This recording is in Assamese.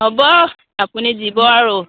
হ'ব আপুনি দিব আৰু